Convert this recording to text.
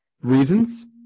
Reasons